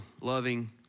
loving